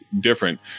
different